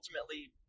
ultimately